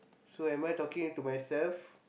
so am I talking to myself